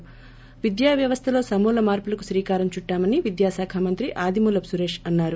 ి విద్యావ్యవస్లలో సమూల మార్సులకు శ్రీకారం చుట్లామని విద్యా శాఖ మంత్రి ఆదిమూలపు సురేష్ అన్నారు